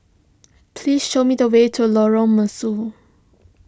please show me the way to Lorong Mesu